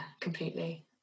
completely